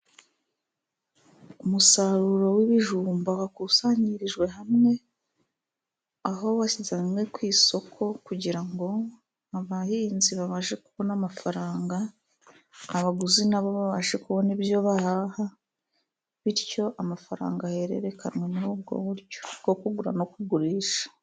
Umusaruro w'ibijumba wakusanyirijwe hamwe. Aho bashyize hamwe ku isoko kugira ngo abahinzi babashe kubona amafaranga, abaguzi nabo babashe kubona ibyo bahaha, bityo amafaranga ahererekanwe muri ubwo buryo bwo kugura no kugurisha.